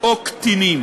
או קטינים,